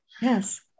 Yes